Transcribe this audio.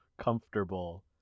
comfortable